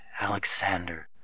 Alexander